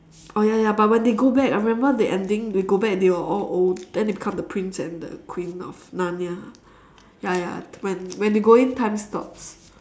oh ya ya but when they go back I remember the ending they go back and they are all old then they become the prince and the queen of narnia ya ya when they go in time stops